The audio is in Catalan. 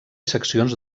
seccions